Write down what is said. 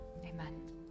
amen